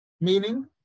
Meaning